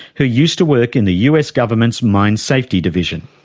who used to work in the us government's mine safety division.